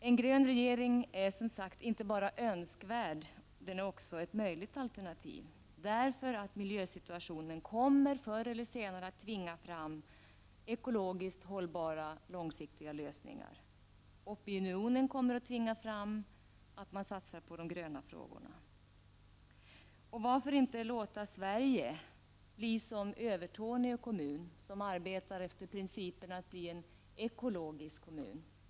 En grön regering är, som sagt, inte bara önskvärd utan ett möjligt alternativ, eftersom miljösituationen förr eller senare kommer att tvinga fram ekologiskt hållbara och långsiktiga lösningar. Opinionen kommer att tvinga fram en satsning på de gröna frågorna. Varför inte låta Sverige bli som Övertorneå kommun, som arbetar efter principen att bli en ekologisk kommun.